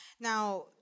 Now